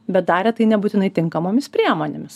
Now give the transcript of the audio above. bet darė tai nebūtinai tinkamomis priemonėmis